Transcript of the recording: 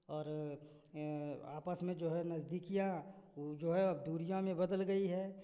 और आपस में जो है नजदीकियाँ जो हैं दूरियाँ में बदल गई है